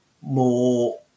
more